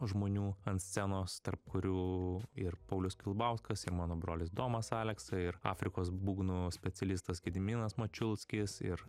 žmonių ant scenos tarp kurių ir paulius kilbauskas ir mano brolis domas aleksa ir afrikos būgnų specialistas gediminas mačiulskis ir